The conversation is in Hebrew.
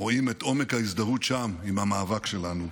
רואים את עומק ההזדהות שם עם המאבק שלנו,